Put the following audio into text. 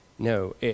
No